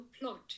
plot